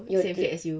you